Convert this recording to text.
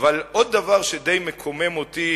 עוד דבר שדי מקומם אותי